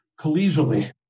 collegially